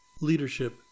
leadership